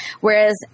whereas